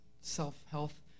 self-health